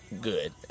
good